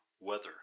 Weather